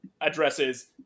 addresses